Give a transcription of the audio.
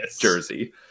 jersey